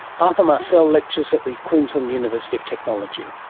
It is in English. arthur marcel lectures at the queensland university of technology.